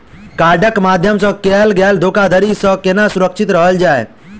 कार्डक माध्यम सँ कैल गेल धोखाधड़ी सँ केना सुरक्षित रहल जाए?